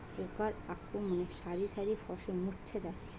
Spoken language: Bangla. পোকার আক্রমণে শারি শারি ফসল মূর্ছা যাচ্ছে